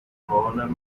مامانم